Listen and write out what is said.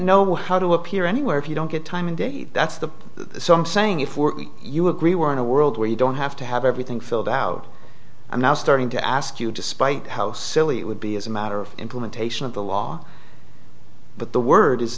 know how to appear anywhere if you don't get time and that's the same saying if you agree we're in a world where you don't have to have everything filled out i'm now starting to ask you despite how silly it would be as a matter of implementation of the law but the word is